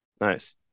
Nice